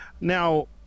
Now